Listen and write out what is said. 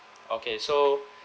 okay so